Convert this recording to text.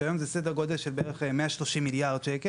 שהיום הם עומדים על סדר גודל של בערך 130 מיליארד ₪,